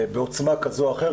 בעוצמה כזו אחרת,